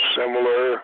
similar